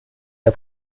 der